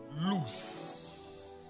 loose